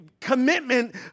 commitment